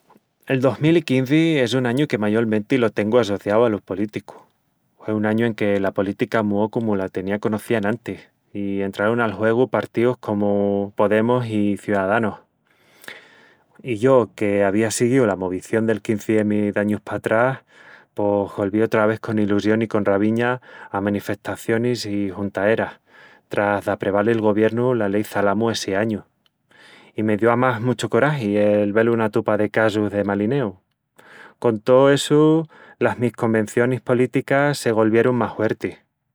El dos mil i quinzi es un añu que mayolmenti lo tengu asociau alo políticu. Hue un añu en que la política muó como la tenía conocía enantis i entrarun al juegu partíus comu Podemos i Ciudadanos... y yo, que avía siguíu la movición del 15M d'añus patrás, pos golví otra vés con ilusión i con raviña a manifestacionis i juntaeras tras d'apreval el Goviernu la Lei Çalamu essi añu; i me dio, amás, muchu coragi el vel una tupa de casus de malineu... con tó essu las mis convencionis políticas se golvierun más huertis.